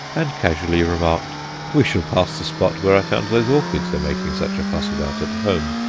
and casually remarked we shall pass the spot where i found those orchids they're making such a fuss about at home.